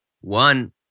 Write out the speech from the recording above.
One